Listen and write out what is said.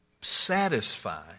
satisfy